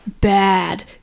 bad